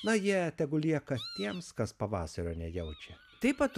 na jie tegu lieka tiems kas pavasario nejaučia taip pat